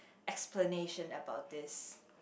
explanation about this